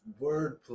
wordplay